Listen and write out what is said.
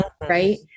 right